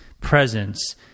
presence